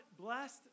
blessed